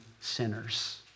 sinners